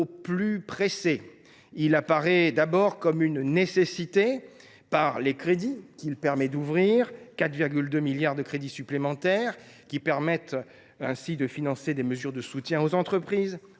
plus pressé. Il apparaît d’abord comme une nécessité, en raison des crédits qu’il permet d’ouvrir. Ces 4,2 milliards d’euros de crédits supplémentaires permettront de financer des mesures de soutien aux entreprises,